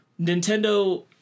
Nintendo